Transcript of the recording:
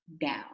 down